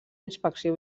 inspecció